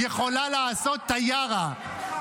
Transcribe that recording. יכולה לעשות טיארה,